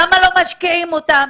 למה לא משקיעים אותם?